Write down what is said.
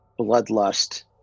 bloodlust